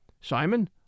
Simon